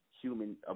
human